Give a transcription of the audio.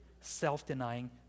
self-denying